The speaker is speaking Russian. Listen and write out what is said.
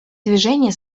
движение